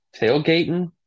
Tailgating